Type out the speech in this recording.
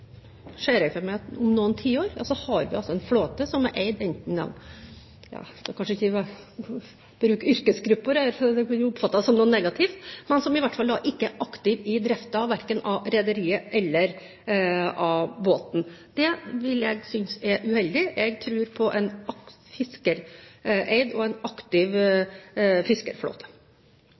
ser jeg for meg at vi om noen tiår har en flåte som er eid av – ja, jeg skal kanskje ikke nevne yrkesgrupper her, for det kan oppfattes som noe negativt, men som er eid av en som i hvert fall ikke er aktiv i driften, verken av rederiet eller av båten. Det vil jeg synes er uheldig. Jeg tror på en fiskereid og aktiv